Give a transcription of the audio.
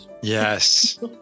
Yes